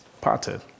parted